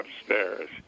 upstairs